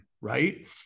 right